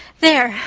there!